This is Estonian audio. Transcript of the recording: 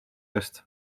eest